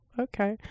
okay